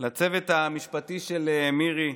לצוות המשפטי של מירי,